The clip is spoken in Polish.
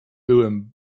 byłem